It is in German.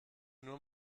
nur